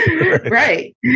Right